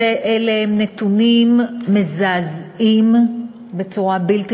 אלה הם נתונים מזעזעים בצורה בלתי